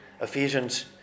Ephesians